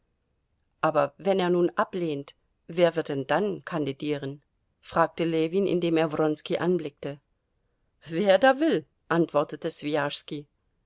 aber wenn er nun ablehnt wer wird denn dann kandidieren fragte ljewin indem er wronski anblickte wer da will antwortete